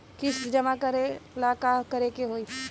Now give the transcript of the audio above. किस्त जमा करे ला का करे के होई?